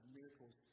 miracles